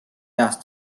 eas